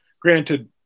Granted